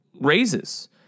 raises